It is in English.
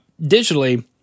Digitally